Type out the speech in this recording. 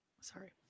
Sorry